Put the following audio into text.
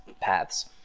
paths